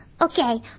Okay